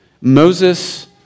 Moses